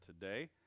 today